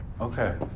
Okay